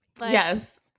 yes